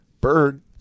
Bird